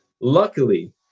Luckily